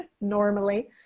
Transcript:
normally